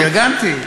פרגנתי.